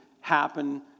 happen